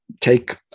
take